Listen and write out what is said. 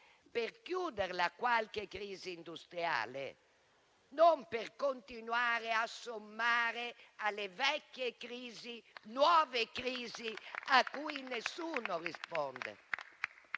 termine a qualche crisi industriale, non per continuare a sommare, alle vecchie crisi, nuove crisi cui nessuno risponde.